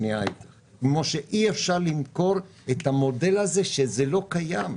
כמו שאי אפשר למכור את המודל הזה שזה לא קיים,